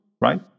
right